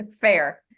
Fair